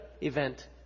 event